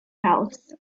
house